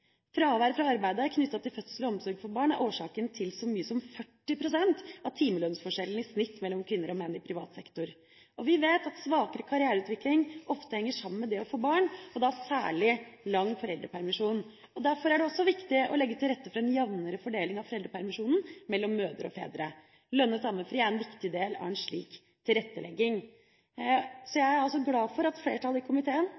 fra arbeidet knyttet til fødsel og omsorg for barn er årsaken til så mye som 40 pst. av timelønnsforskjellen i snitt mellom kvinner og menn i privat sektor. Vi vet at svakere karriereutvikling ofte henger sammen med det å få barn, og da særlig lang foreldrepermisjon. Derfor er det også viktig å legge til rette for en jamnere fordeling av foreldrepermisjonen mellom mødre og fedre. Lønnet ammefri er en viktig del av en slik tilrettelegging.